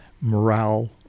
morale